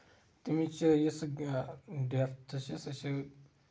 تَمِچ یۄس ڈیٚپتھ چھےٚ سۄ چھِ